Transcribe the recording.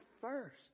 first